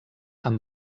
amb